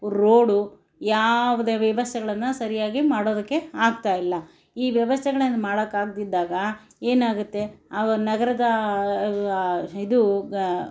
road ಯಾವುದೇ ವ್ಯವಸ್ಥೆಗಳನ್ನು ಸರಿಯಾಗಿ ಮಾಡೋದಕ್ಕೆ ಆಗ್ತಾ ಇಲ್ಲ ಈ ವ್ಯವಸ್ಥೆಗಳನ್ನು ಮಾಡಕ್ಕೆ ಆಗದಿದ್ದಾಗ ಏನಾಗತ್ತೆ ಆವೊಂದು ನಗರದ ಇದು